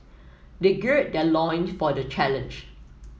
they gird their loin for the challenge